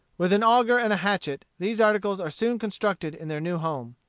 with an auger and a hatchet, these articles are soon constructed in their new home.